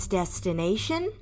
destination